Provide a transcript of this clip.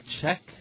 check